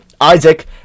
Isaac